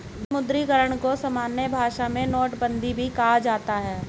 विमुद्रीकरण को सामान्य भाषा में नोटबन्दी भी कहा जाता है